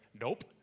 nope